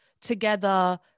together